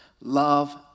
Love